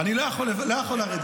אבל אני לא יכול לרדת.